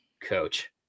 coach